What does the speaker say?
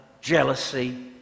jealousy